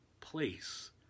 place